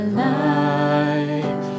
life